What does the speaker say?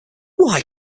why